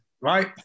right